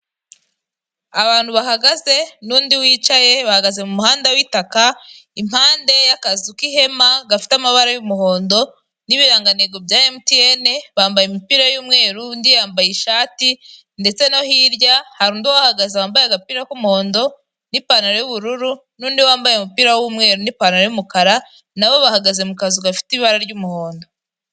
Abantu bahagaze nundi wicaye bahagaze mu muhanda witaka impande y'akazu k'ihema gafite amabara y'umuhondo n'ibirangantengo bya emutiyene bambaye imipira y'umweru undi yambaye ishati ndetse no hirya hari undi uhahagaze wambaye agapira k'umuhondo n'ipantaro y'ubururu n'undi wambaye umupira w'umweru n'ipantaro y'umukara nabo bahagaze mu kazu gafite ibara ry'umuhondo.